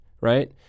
right